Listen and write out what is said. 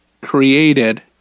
created